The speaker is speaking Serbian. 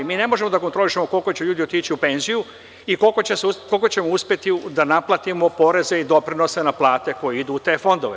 Mi ne možemo da kontrolišemo koliko će ljudi otići u penziju i koliko ćemo uspeti da naplatimo poreza i doprinosa na plate koje idu u te fondove.